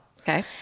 Okay